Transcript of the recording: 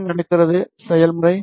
என்ன நடக்கிறது செயல்முறை